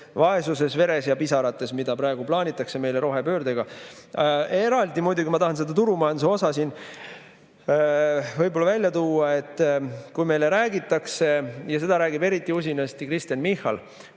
vaesuses, veres ja pisarates, mida praegu plaanitakse meile rohepöördega. Eraldi muidugi ma tahan seda turumajanduse osa siin välja tuua. Meile räägitakse – ja seda räägib eriti usinasti Kristen Michal,